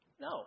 No